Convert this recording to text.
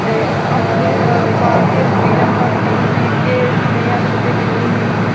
ते अपनी बाह्र दी रुट्टी इ'यां गंदी होंदी के कनेह् हत्थ होंदे कनेह् नेईं